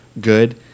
good